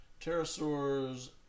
pterosaurs